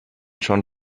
schon